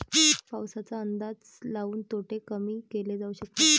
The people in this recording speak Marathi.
पाऊसाचा अंदाज लाऊन तोटे कमी केले जाऊ शकतात